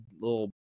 little